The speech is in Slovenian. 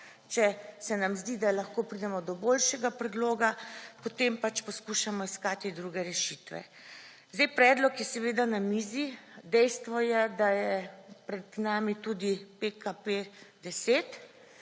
Če se nam zdi, da lahko pridemo do boljšega predloga, potem pač poskušamo iskati druge rešitve. Sedaj predlog je seveda na mizi. Dejstvo je, da je pred nami tudi PKP-10